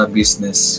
business